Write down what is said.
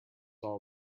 all